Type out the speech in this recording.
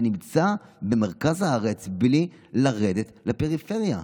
שנמצא במרכז הארץ בלי לרדת לפריפריה.